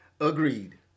Agreed